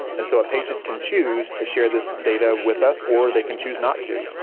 and so a patient can choose to share this data with us or they can choose not to.